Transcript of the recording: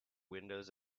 windows